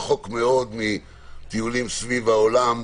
רחוק מאוד מטיולים סביב העולם,